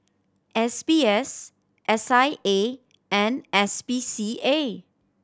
S B S S I A and S P C A